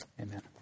Amen